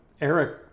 Eric